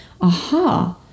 aha